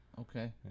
Okay